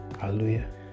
hallelujah